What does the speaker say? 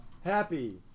Happy